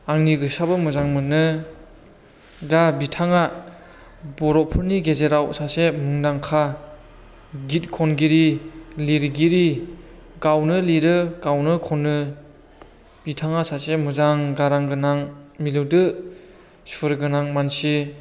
आंनि गोसोआबो मोजां मोनो दा बिथाङा बर'फोरनि गेजेराव सासे मुंदांखा गित खनगिरि लिरगिरि गावनो लिरो गावनो खनो बिथाङा सासे मोजां गारां गोनां मिलौदो सुर गोनां मानसि